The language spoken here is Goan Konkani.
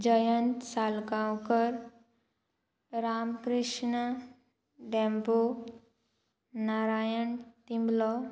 जयंत सालगांवकर राम कृष्ण डॅम्पो नारायण तिंबलो